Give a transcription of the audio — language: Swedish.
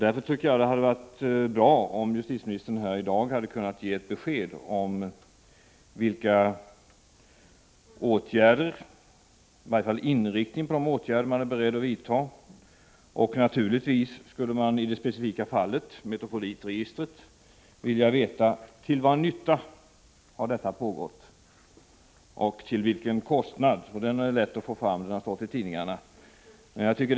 Därför tycker jag att det hade varit bra om justitieministern i dag hade kunnat ge ett besked om inriktningen av de åtgärder man är beredd att vidta. Naturligtvis skulle man i det specifika fallet Metropolitregistret vilja veta till vad nytta och till vilken kostnad det hela pågått. Det är ju lätt att få fram dessa uppgifter, för det har stått en hel del i tidningarna.